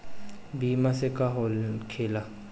बीमा से का होखेला?